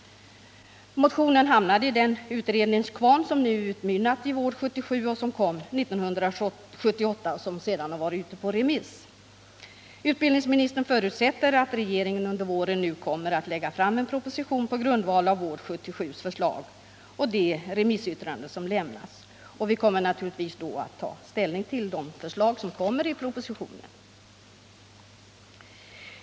Motionen hamnade i den utredningskvarn som nu utmynnat i Vård 77 som kom 1978 och som sedan varit ute på remiss. Utbildningsministern förutsätter att regeringen under våren kommer att lägga fram en proposition på grundval av Vård 77:s förslag och de remissyttranden som lämnats. Vi skall naturligtvis ta ställning till de förslag som kommer i propositionen.